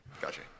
gotcha